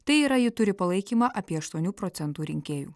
tai yra ji turi palaikymą apie aštuonių procentų rinkėjų